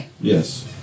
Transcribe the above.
Yes